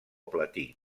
platí